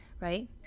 right